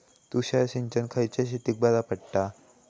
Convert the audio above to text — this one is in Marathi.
तुषार सिंचन खयल्या शेतीक बरा पडता?